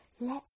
let